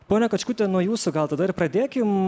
ponia kačkute nuo jūsų gal tada ir pradėkim